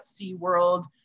SeaWorld